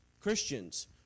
Christians